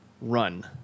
run